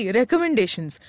recommendations